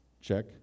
Check